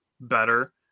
better